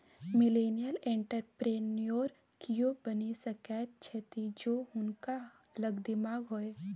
millennial entrepreneur कियो बनि सकैत छथि जौं हुनका लग दिमाग होए